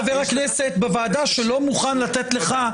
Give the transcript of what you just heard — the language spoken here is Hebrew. אני פשוט חבר הכנסת בוועדה שלא מוכן לתת לך,